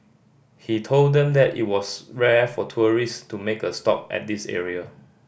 he told them that it was rare for tourist to make a stop at this area